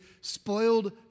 spoiled